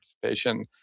participation